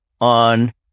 on